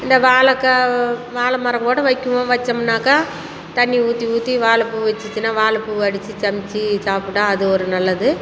இந்த வாழக்கா வாழ மரம் கூட வைக்கிவோம் வச்சோம்னாக்கா தண்ணி ஊற்றி ஊற்றி வாழப்பூ வச்சிச்சின்னா வாழப்பூவ அடிச்சு சமைச்சு சாப்பிட்டா அது ஒரு நல்லது